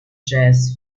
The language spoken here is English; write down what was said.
jazz